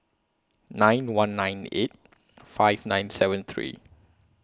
nine one nine eight five nine seven three